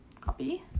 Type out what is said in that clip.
copy